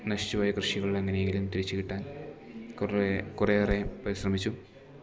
നശിച്ചുപോയ കൃഷികളെ എങ്ങനെയെങ്കിലും തിരിച്ചു കിട്ടാൻ കുറേ കുറേയേറെ പരിശ്രമിച്ചു